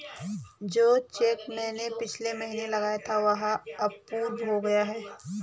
जो चैक मैंने पिछले महीना लगाया था वह अप्रूव हो गया है